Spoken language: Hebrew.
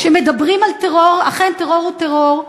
כשמדברים על טרור, אכן טרור הוא טרור,